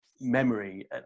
memory